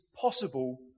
possible